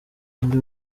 undi